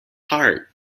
heart